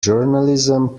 journalism